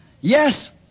Yes